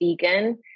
vegan